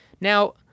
Now